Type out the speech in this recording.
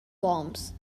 worms